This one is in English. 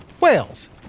whales